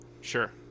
Sure